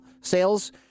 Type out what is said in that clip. sales